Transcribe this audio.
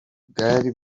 bwari